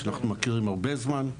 אנחנו מכירים הרבה זמן.